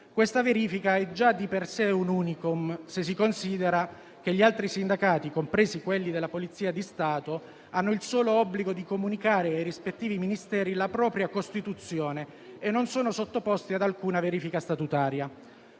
Questa verifica è già di per sé un *unicum*, se si considera che gli altri sindacati, compresi quelli della Polizia di Stato, hanno il solo obbligo di comunicare ai rispettivi Ministeri la propria costituzione e non sono sottoposti ad alcuna verifica statutaria.